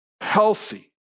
healthy